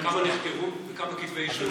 כמה נחקרו וכמה כתבי אישום?